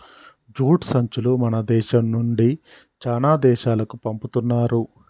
jute సంచులు మన దేశం నుండి చానా దేశాలకు పంపుతున్నారు